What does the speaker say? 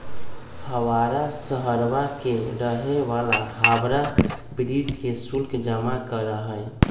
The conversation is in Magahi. हवाड़ा शहरवा के रहे वाला हावड़ा ब्रिज के शुल्क जमा करा हई